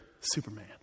Superman